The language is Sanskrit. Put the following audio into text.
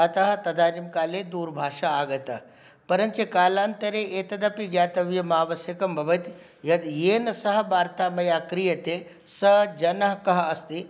अतः तदानीं काले दूरभाषा आगता परञ्च कालान्तरे एतदपि ज्ञातव्यम् आवश्यकं भवति यत् येन सह वार्ता मया क्रियते सः जनः कः अस्ति